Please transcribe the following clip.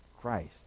Christ